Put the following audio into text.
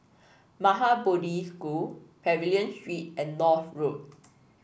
Maha Bodhi School Pavilion Street and North Road